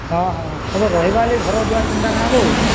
ହଁ ହଁ ହଏ ବୋ ରହିବାର୍ ଲାଗି ଘର ଦ୍ୱାର କେନ୍ତା କାଣା ବୋ